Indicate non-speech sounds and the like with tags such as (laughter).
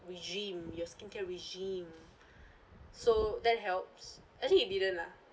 regime your skincare regime (breath) so that helps actually it didn't lah